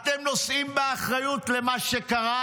אבל אתם נושאים באחריות למה שקרה.